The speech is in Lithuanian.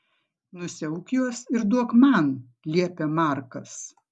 nusiauk juos ir duok man liepia markas